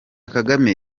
kagame